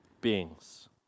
beings